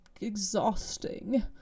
exhausting